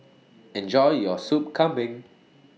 Enjoy your Sup Kambing